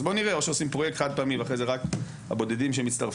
אז בוא נראה או שעושים פרויקט חד-פעמי ואחרי זה רק הבודדים שמצטרפים,